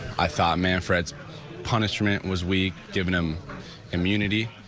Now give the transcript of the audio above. i thought manfred's punishment was week, giving them immunity,